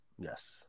yes